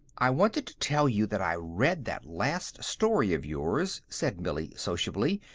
i wanted to tell you that i read that last story of yours, said millie, sociably,